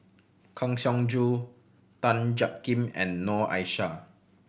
Kang Siong Joo Tan Jiak Kim and Noor Aishah